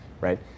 right